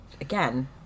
again